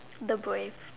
the brave